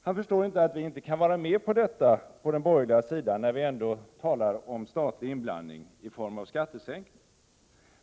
Han vill inte förstå att vi på den borgerliga sidan inte kan vara med på detta när vi ändå talar om statlig inblandning i form av skattesänkningar.